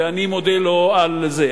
ואני מודה לו על זה,